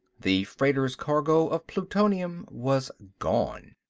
the freighter's cargo of plutonium was gone.